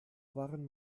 waren